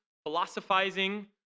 philosophizing